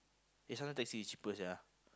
eh sometimes taxi is cheaper sia